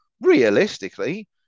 realistically